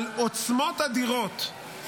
על עוצמות אדירות.